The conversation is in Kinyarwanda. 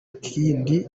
kindi